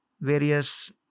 various